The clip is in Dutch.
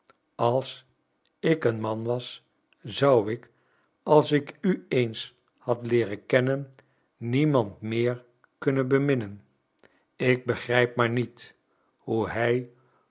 als ik een man was zou ik als ik u eens had leeren kennen niemand meer kunnen beminnen ik begrijp maar niet hoe hij